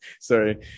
sorry